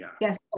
yes